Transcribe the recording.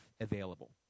available